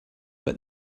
but